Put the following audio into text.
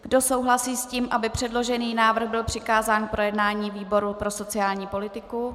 Kdo souhlasí s tím, aby předložený návrh byl přikázán k projednání výboru pro sociální politiku?